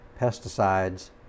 pesticides